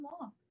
long